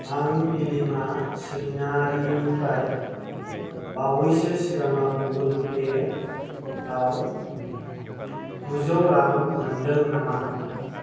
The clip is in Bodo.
आं बिलिमा सैनारिनिफ्राय बावैसो सिगाङाव गुगोल पे आव गुजौ रां मोनदों नामा